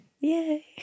Yay